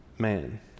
Man